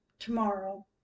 Tomorrow